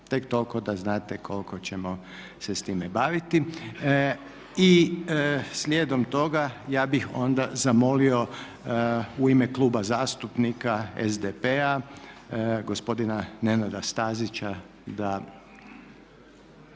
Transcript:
tek toliko da znate koliko ćemo se s time baviti. I slijedom toga ja bih onda zamolio u ime Kluba zastupnika SDP-a gospodina Nenada Stazića da